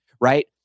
Right